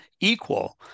equal